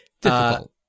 difficult